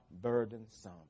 burdensome